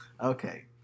Okay